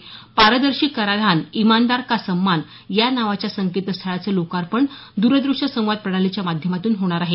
पारदर्शी कराधान इमानदार का सम्मान या नावाच्या संकेतस्थळाचं लोकार्पण द्रदृश्य संवाद प्रणालीच्या माध्यमातून होणार आहे